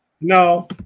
No